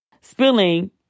spilling